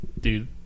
Dude